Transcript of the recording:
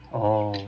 oh